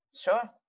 Sure